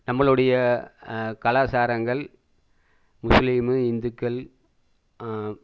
நம்மளுடைய கலாச்சாரங்கள் முஸ்லீம் இந்துக்கள்